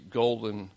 golden